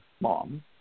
Mom